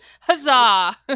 Huzzah